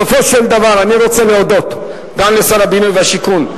בסופו של דבר אני רוצה להודות גם לשר הבינוי והשיכון,